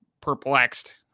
perplexed